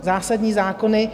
Zásadní zákony.